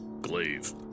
glaive